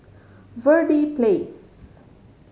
Verde Place